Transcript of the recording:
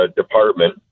department